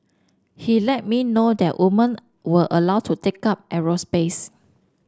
he let me know that women were allowed to take up aerospace